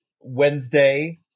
Wednesday